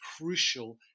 crucial